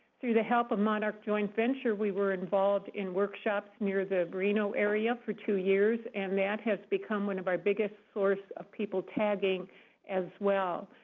through the help of monarch joint venture we were involved in workshops near the reno area for two years. and that has become one of our biggest source of people tagging as well.